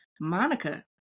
Monica